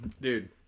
Dude